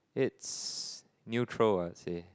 it's neutral I would say